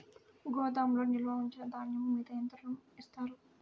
గోదాములో నిల్వ ఉంచిన ధాన్యము మీద ఎంత ఋణం ఇస్తారు?